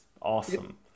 awesome